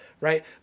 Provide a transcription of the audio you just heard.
right